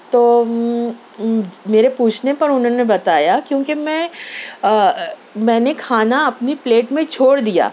تو میرے پوچھنے پر اُنہوں نے بتایا کیونکہ میں میں نے کھانا اپنی پلیٹ میں چھوڑ دیا